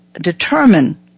determine